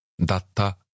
Datta